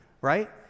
right